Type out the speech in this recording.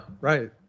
Right